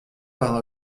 par